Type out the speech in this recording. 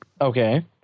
Okay